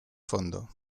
fondo